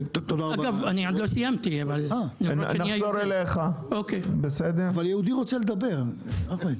אני רוצה להודות לחבר הכנסת טיבי על העלאת